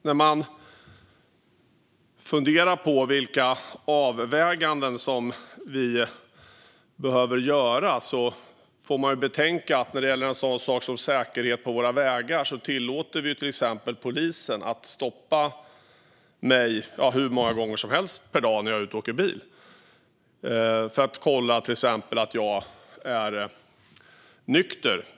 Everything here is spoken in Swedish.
När man funderar på vilka avvägningar vi behöver göra får man betänka att vi när det gäller en sådan sak som säkerhet på våra vägar exempelvis tillåter polisen att stoppa mig hur många gånger som helst per dag när jag är ute och åker bil, för att till exempel kolla att jag är nykter.